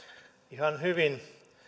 ihan hyvin